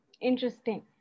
interesting